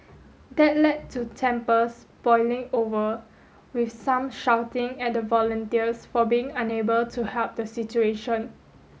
that led to tempers boiling over with some shouting at the volunteers for being unable to help the situation